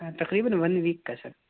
تقریباً one week کا سر